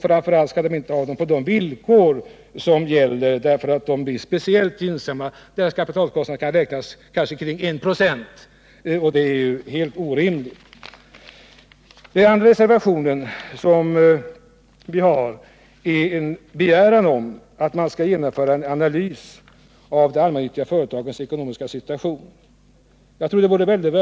Framför allt skall de inte ha sådana på de villkor som det nu gäller, eftersom dessa blir speciellt gynnsamma för dem. Kapitalkostnaden kan kanske beräknas till 1 26, och det är helt orimligt. Vår andra reservation innehåller en begäran om att man skall genomföra en analys av de allmännyttiga företagens situation.